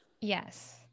Yes